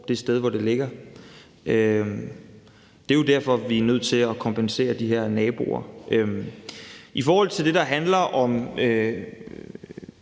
det sted, hvor det ligger. Det er jo derfor, vi er nødt til at kompensere de her naboer. I forhold til det, der handler om